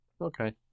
okay